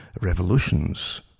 revolutions